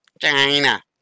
China